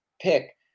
pick